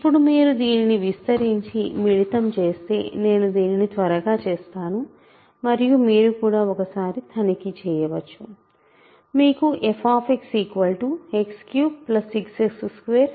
ఇప్పుడు మీరు దీన్ని విస్తరించి మిళితం చేస్తే నేను దీన్ని త్వరగా చేస్తాను మరియు మీరు కూడా ఒకసారి తనిఖీ చేయవచ్చు మీకు f X36X29X6వస్తుంది